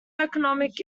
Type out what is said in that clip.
economic